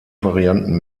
varianten